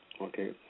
Okay